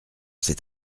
c’est